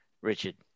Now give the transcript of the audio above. Richard